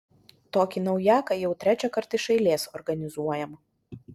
tokį naujaką jau trečiąkart iš eilės organizuojam